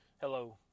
Hello